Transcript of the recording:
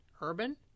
urban